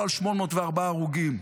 לא על 804 הרוגים,